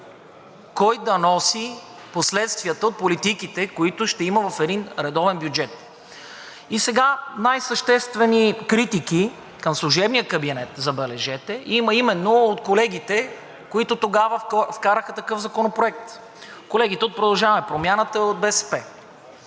кой да носи последствията от политиките, които ще има в един редовен бюджет. И сега най-съществени критики към служебния кабинет, забележете, има именно от колегите, които тогава вкараха такъв законопроект – колегите от „Продължаваме Промяната“ и от БСП.